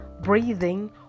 breathing